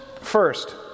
First